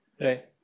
Right